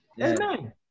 Amen